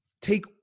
take